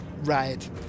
Right